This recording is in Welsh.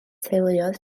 teuluoedd